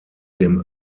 dem